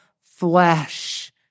flesh